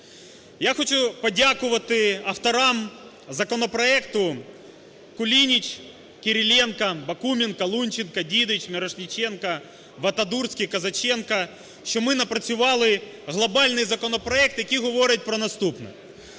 Я хочу подякувати авторам законопроекту: Кулініч, Кириленко, Бакуменко, Лунченко, Дідич, Мірошниченко, Вадатурський, Козаченко, – що ми напрацювали глобальний законопроект, який говорить про наступне.